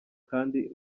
kandi